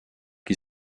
qui